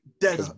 dead